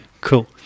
Cool